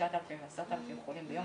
9,000 ו-10,000 חולים ביום.